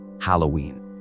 Halloween